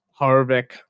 Harvick